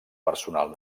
personal